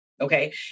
Okay